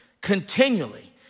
Continually